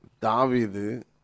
David